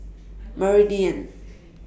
Meridian